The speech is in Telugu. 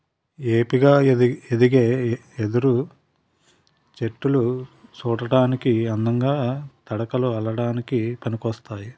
ఏపుగా ఎదిగే వెదురు చెట్టులు సూడటానికి అందంగా, తడకలు అల్లడానికి పనికోస్తాయి